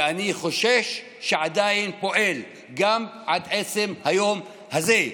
ואני חושש שעדיין פועל עד עצם היום הזה,